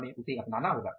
हमें उसे अपनाना होगा